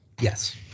Yes